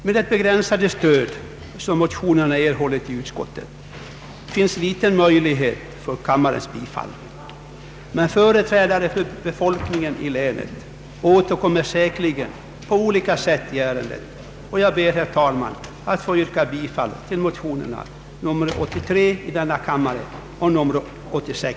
Med det begränsade stöd som motionerna erhållit i utskottet finns inte stor möjlighet för att kammaren bifaller dem, men företrädare för befolkningen i länet återkommer säkert på olika sätt i ärendet. Jag ber, herr talman, att få yrka bifall till motionerna I: 83 och II: 96.